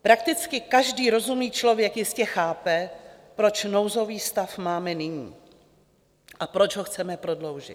Prakticky každý rozumný člověk jistě chápe, proč nouzový stav máme nyní a proč ho chceme prodloužit.